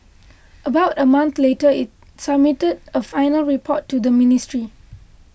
about a month later it submitted a final report to the ministry